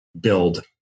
build